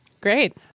great